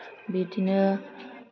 बिदिनो